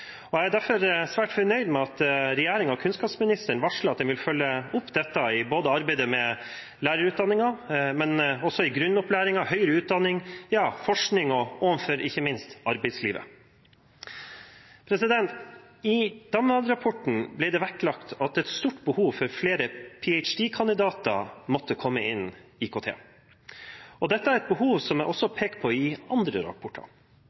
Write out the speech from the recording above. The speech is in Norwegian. utdanningsnivå. Jeg er derfor svært fornøyd med at regjeringen og kunnskapsministeren varsler at de vil følge opp dette både i arbeidet med lærerutdanningen og også i grunnopplæringen, høyere utdanning, forskning og ikke minst arbeidslivet. I DAMVAD-rapporten ble det vektlagt et stort behov for at flere ph.d.-kandidater måtte komme innen IKT. Dette er et behov som det også er pekt på i andre rapporter.